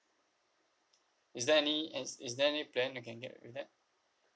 is there any is is there any plan I can get with that